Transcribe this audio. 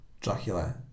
Dracula